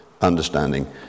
understanding